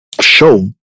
show